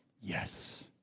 Yes